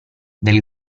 del